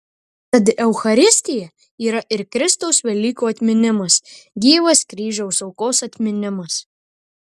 tad eucharistija yra ir kristaus velykų atminimas gyvas kryžiaus aukos atminimas